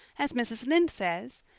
as mrs. lynde says,